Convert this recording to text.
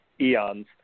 eons